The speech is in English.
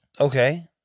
Okay